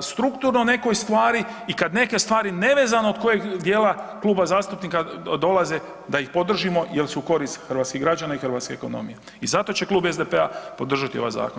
strukturno o nekoj stvari i kad neke stvari nevezano od kojeg dijela kluba zastupnika dolaze da ih podržimo jel su u korist hrvatskih građana i hrvatske ekonomije i zato će Klub SDP-a podržati ovaj zakon.